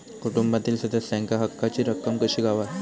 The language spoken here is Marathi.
कुटुंबातील सदस्यांका हक्काची रक्कम कशी गावात?